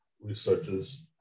researchers